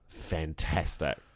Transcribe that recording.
Fantastic